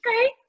okay